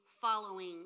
following